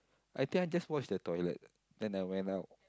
I think I just washed the toilet then I went out